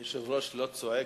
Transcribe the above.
היושב-ראש לא צועק.